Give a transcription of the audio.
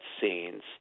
scenes